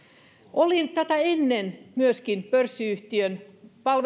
olin tätä ennen myöskin pörssiyhtiön